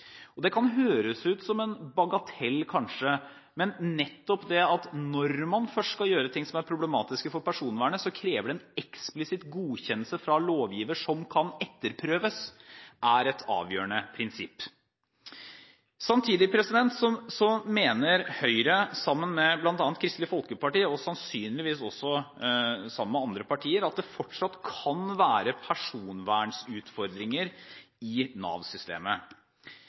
informasjon man kan hente ut. Det kan høres ut som en bagatell, kanskje, men det er et avgjørende prinsipp at det kreves en eksplisitt godkjennelse fra lovgiver som kan etterprøves, når man først skal gjøre ting som er problematiske for personvernet. Samtidig mener Høyre, sammen med Kristelig Folkeparti og sannsynligvis også andre partier, at det fortsatt kan være personvernutfordringer i